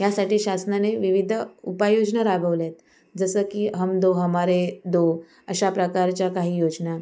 यासाठी शासनाने विविध उपाययोजना राबवल्या आहेत जसं की हम दो हमारे दो अशा प्रकारच्या काही योजना